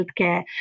healthcare